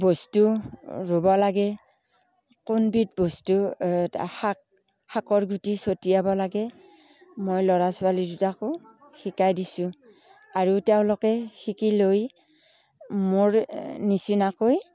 বস্তু ৰুব লাগে কোনবিধ বস্তু শাক শাকৰ গুটি ছটিয়াব লাগে মই ল'ৰা ছোৱালী দুটাকো শিকাই দিছোঁ আৰু তেওঁলোকে শিকি লৈ মোৰ নিচিনাকৈ